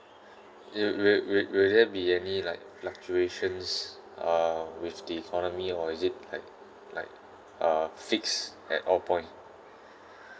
it'll will will will there be any like fluctuations uh with the economy or is it like like uh fix at all point